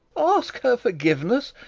ask her forgiveness?